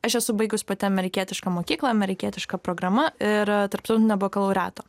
aš esu baigus pati amerikietišką mokyklą amerikietiška programa ir tarptautinio bakalauriato